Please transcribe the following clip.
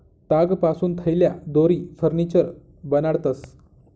तागपासून थैल्या, दोरी, फर्निचर बनाडतंस